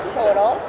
total